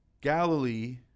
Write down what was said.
galilee